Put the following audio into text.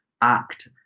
act